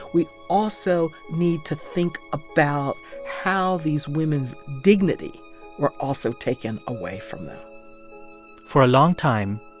we also need to think about how these women's dignity were also taken away from them for a long time,